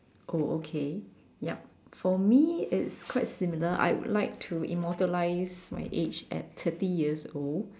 oh okay yup for me it's quite similar I would like to immortalize my age at thirty years old